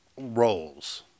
roles